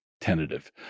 tentative